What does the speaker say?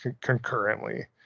concurrently